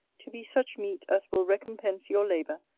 to be such meat as will recompense your labour,